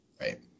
Right